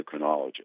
endocrinologist